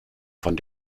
von